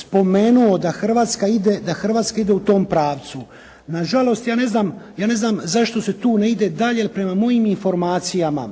spomenuo da Hrvatska ide u tom pravcu. Na žalost, ja ne znam zašto se tu ne ide dalje, jer prema mojim informacijama